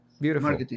Beautiful